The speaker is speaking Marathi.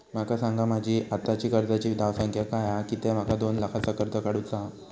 माका सांगा माझी आत्ताची कर्जाची धावसंख्या काय हा कित्या माका दोन लाखाचा कर्ज काढू चा हा?